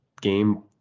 game